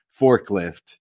forklift